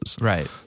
Right